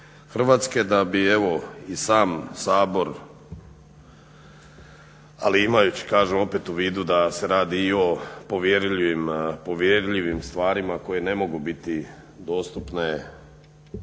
Hrvatske da bi evo i sam Sabor, ali imajući kažem opet u vidu da se radi i o povjerljivim stvarima koje ne mogu biti dostupne